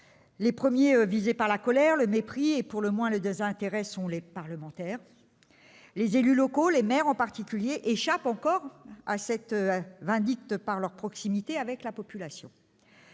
Les premiers visés par la colère, le mépris, à tout le moins le désintérêt sont les parlementaires. Les élus locaux, les maires en particulier, échappent encore à cette vindicte, par leur proximité avec la population.